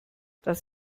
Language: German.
das